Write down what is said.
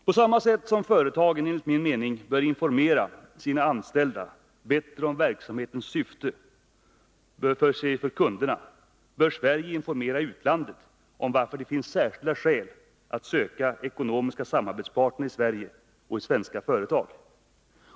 På samma sätt som företagen — enligt min mening — bör informera sina anställda bättre om verksamhetens syfte för kunderna bör Sverige informera utlandet om varför det finns särskilda skäl att söka ekonomiska samarbetspartner i Sverige och i svenska företag.